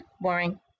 boring